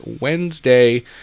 Wednesday